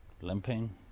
limping